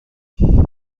دلمم